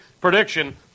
Prediction